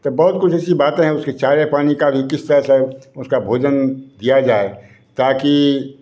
त बहुत कुछ ऐसी बातें हैं उसके चारे पानी का भी किस तरह से उसका भोजन दिया जाए ताकि